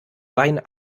wein